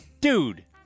Dude